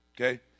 Okay